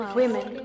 women